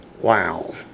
Wow